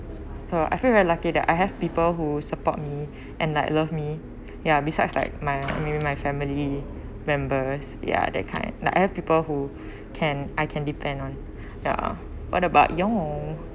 so I feel very lucky that I have people who support me and like love me ya besides like my maybe my family members ya that kind I have people who can I can depend on ya what about you